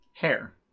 hair